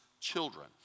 children